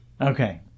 Okay